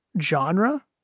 genre